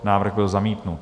Návrh byl zamítnut.